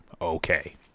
Okay